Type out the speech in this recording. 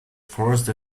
forced